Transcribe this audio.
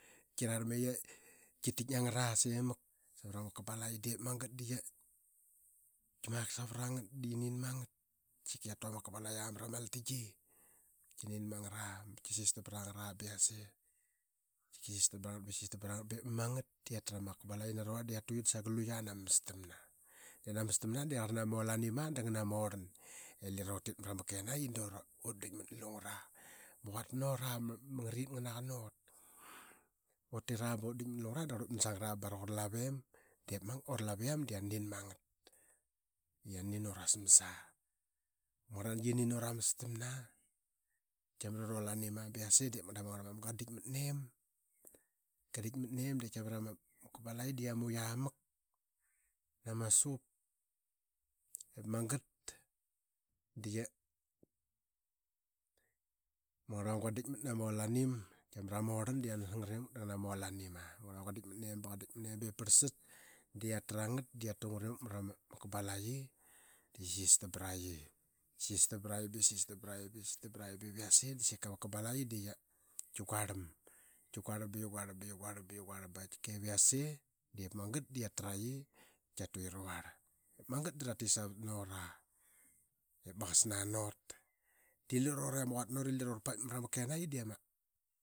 Qi rarlma i qitik nangra semak samra ma kabalaqi, diip magat da qi mak savra ngat da qianin ma ngat i qia tike qiatu ama kabalayi mramau altaing. Kia nin ma ngara dap kua qias sistam prangat. Kisistam ba qi sistam ba yase da qia tra ma kabalayi da sagal luya nania mastamna. Diip kia nin ama mastamna di nama olanim aa ngana ma orlani i lira utit mra ma kkenayi da ut dikmat na sa ngat i lirautit mra ma kenayi da ut dikmat na ngat i lir ma quata na ura ma ngaraqit nganaqa nut i utit raba ut dikmat na ngara da ut man sagat bara aa ura laviam da yiana nin ma ngat, yiana nin ura smas. Ama ngarlnangi qia mra ma orlan da yianas ngat navirl diip magat da qiamra ma olangi ara qalak da qia tu ngat i mak mra ma kabalayi. Dara sistam pra qi ba qia sistam pra qi ba qia qia sistam pra qi ba ip yase da sik ma kabalayi dii qia guarlam ba qia guarlam, ba qia guarlam ba yase diip magat da qiatra qi da qia tu qi ruarl. Magatt da ra tisavat nut aa ip maqasnas nut. Diip lira ura ma quata nut dii.